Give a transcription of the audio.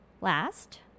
last